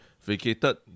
vacated